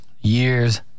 years